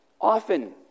Often